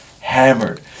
Hammered